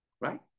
right